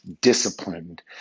Disciplined